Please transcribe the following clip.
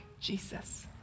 Jesus